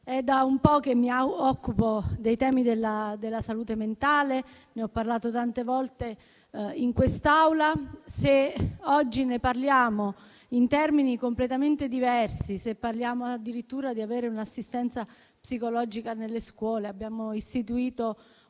Basaglia. Mi occupo dei temi della salute mentale da qualche tempo, e ne ho parlato tante volte in quest'Aula. E se oggi ne parliamo in termini completamente diversi; se parliamo addirittura di avere un'assistenza psicologica nelle scuole; se abbiamo istituito un